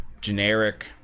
generic